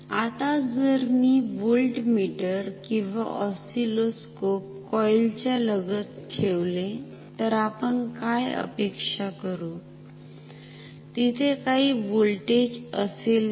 आता जर मी व्होल्टमीटर किंवा ऑससीलोस्कोप कॉईल च्या लगत ठेवले तर आपण काय अपेक्षा करू तिथे काही व्होल्टेज असेल का